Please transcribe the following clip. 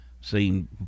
Seen